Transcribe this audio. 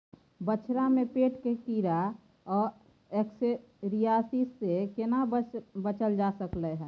बछरा में पेट के कीरा आ एस्केरियासिस से केना बच ल जा सकलय है?